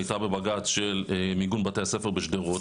הייתה בבג"צ של מיגון בתי הספר בשדרות,